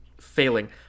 failing